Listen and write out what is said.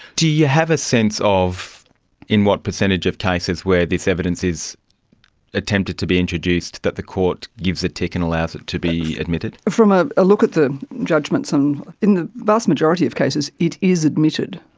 do you have a sense of in what percentage of cases where this evidence is attempted to be introduced that the court gives a tick and allows it to be admitted? from ah a look at the judgements, um in the vast majority of cases it is admitted.